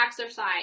exercise